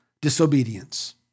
disobedience